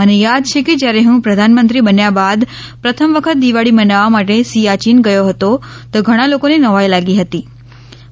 મને યાદ છે કે જ્યારે હૂં પ્રધાનમંત્રી બન્યા બાદ પ્રથમ વખત દિવાળી મનાવવા માટે સિયાચીન ગયો હતો તો ઘણા લોકોને નવાઈ લાગી હતી